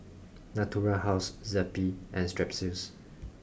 Natura House Zappy and Strepsils